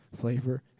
flavor